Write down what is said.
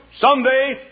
Someday